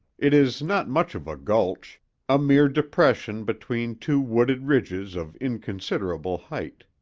it is not much of a gulch a mere depression between two wooded ridges of inconsiderable height.